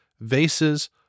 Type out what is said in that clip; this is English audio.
vases